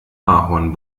ahorn